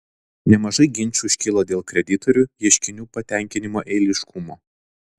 nemažai ginčų iškyla dėl kreditorių ieškinių patenkinimo eiliškumo